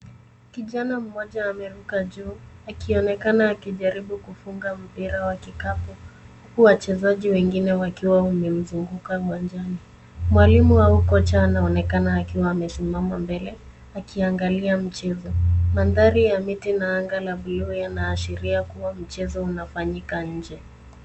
Kijana mmoja ameruka juu akionekana akijaribu kufunga mpira wa kikapu huku wachezaji wengine wakiwa wamemzunguka uwanjani. Mwalimu au kocha anaonekana akiwa amesimama mbele akiangalia mchezo. Mandhari ya miti na anga la bluu yanaashiria kuwa mchezo unafanyika nje.